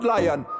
Lion